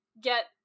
get